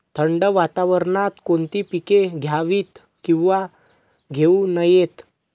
थंड वातावरणात कोणती पिके घ्यावीत? किंवा घेऊ नयेत?